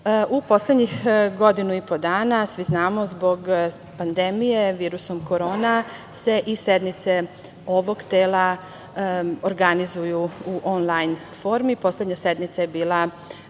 U poslednjih godinu i po dana, svi znamo zbog pandemije virusom korona, se i sednice ovog tela organizuju u onlajn formi. Poslednja sednica je bila